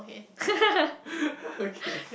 okay